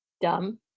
dumb